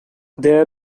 there